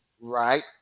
right